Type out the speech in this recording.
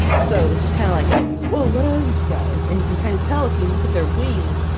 so it was just kind of like a, whoa! what are these guys? and you can kind of tell. if you look at their wings,